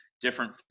different